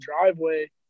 driveway